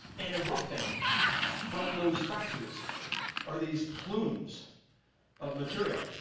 and erupting from those fractures are these plumes of material.